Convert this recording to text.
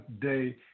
day